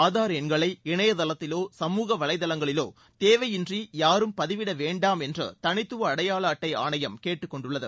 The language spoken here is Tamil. ஆதார் எண்களை இணையதளத்திவோ சமூக வலைதளங்களிவோ தேவையின்றி யாரும் பதிவிட வேண்டாம் என்று தனித்துவ அடையாள அட்டை ஆணையம் கேட்டுக் கொண்டுள்ளது